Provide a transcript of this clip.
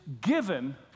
given